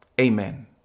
Amen